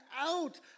out